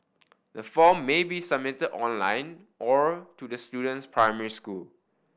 the form may be submitted online or to the student's primary school